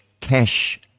cash